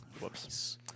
Whoops